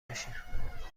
باشیم